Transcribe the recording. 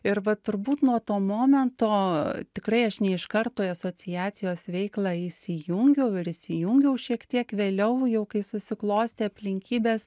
ir vat turbūt nuo to momento tikrai aš ne iš karto į asociacijos veiklą įsijungiau ir įsijungiau šiek tiek vėliau jau kai susiklostė aplinkybės